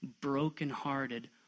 brokenhearted